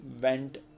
went